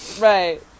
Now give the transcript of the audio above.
Right